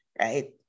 right